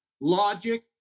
logic